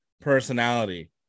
personality